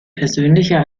persönlicher